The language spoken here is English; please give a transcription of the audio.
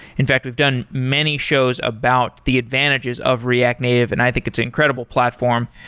in fact, we've done many shows about the advantages of react native and i think it's a incredible platform.